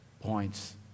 points